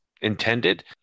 intended